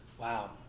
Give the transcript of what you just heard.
Wow